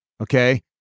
okay